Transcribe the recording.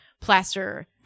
plaster